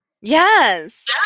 Yes